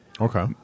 Okay